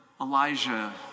Elijah